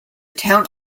town